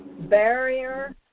barrier